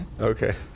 Okay